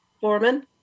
Foreman